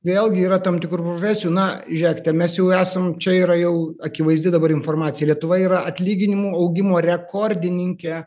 vėlgi yra tam tikrų profesijų na žiūrėkite mes jau esam čia yra jau akivaizdi dabar informacija lietuva yra atlyginimų augimo rekordininkė